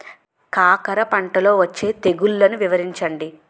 కాకర పంటలో వచ్చే తెగుళ్లను వివరించండి?